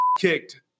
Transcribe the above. kicked